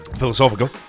philosophical